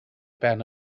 ben